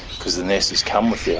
because the nurses come with yeah